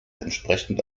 entsprechend